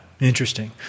Interesting